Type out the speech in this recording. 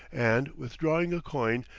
and withdrawing a coin,